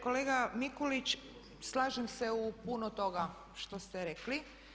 Kolega Mikulić slažem se u puno toga što ste rekli.